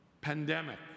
Pandemic